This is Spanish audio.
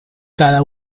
cada